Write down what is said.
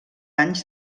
anys